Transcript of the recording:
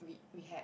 we had